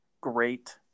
great